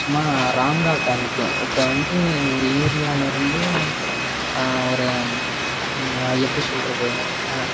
சும்மா ராங்காக காமிக்கும் இப்போ வந்து ஒரு ஏரியாலருந்து ஒரு எப்படி சொல்லுறது